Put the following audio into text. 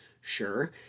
sure